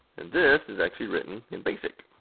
and this is actually written in basic.